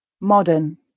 modern